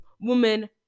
woman